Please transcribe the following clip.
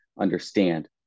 understand